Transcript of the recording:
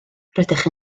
rydych